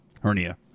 Hernia